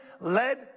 led